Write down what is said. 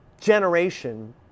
generation